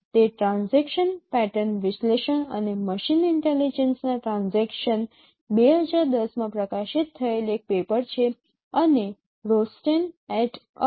તે transaction pattern વિશ્લેષણ અને મશીન ઇન્ટેલિજન્સના ટ્રાન્ઝેક્શન ૨૦૧૦ માં પ્રકાશિત થયેલ એક પેપર છે અને રોસ્ટેન એટ અલ